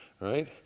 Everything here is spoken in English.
Right